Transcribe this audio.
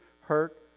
hurt